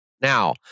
Now